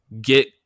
get